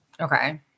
Okay